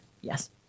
Yes